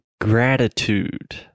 gratitude